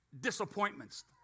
disappointments